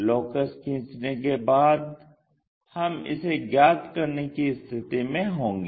locus खींचने के बाद हम इसे ज्ञात करने की स्थिति में होंगे